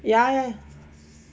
ya ya